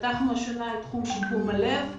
פתחנו השנה את תחום שיקום הלב.